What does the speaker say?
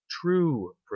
true